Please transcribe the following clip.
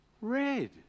red